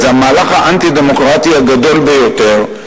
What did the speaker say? זה המהלך האנטי-דמוקרטי הגדול ביותר,